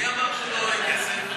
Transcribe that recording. מי אמר שהיא לא עולה כסף?